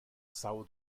são